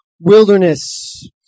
wilderness